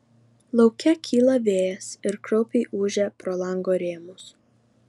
lauke kyla vėjas ir kraupiai ūžia pro lango rėmus